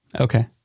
okay